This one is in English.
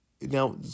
now